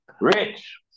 Rich